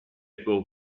può